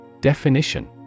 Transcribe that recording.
Definition